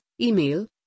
email